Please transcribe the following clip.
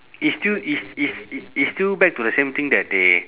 it's still is is it's still back to the same thing that they